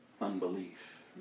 unbelief